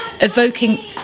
evoking